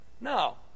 No